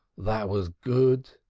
that was good,